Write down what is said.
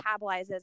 metabolizes